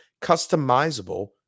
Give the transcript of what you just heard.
customizable